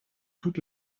toute